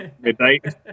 Midnight